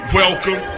welcome